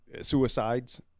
suicides